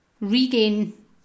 regain